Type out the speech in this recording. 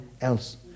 else